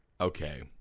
Okay